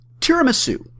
Tiramisu